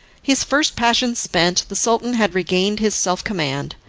his first passion spent, the sultan had regained his self-command.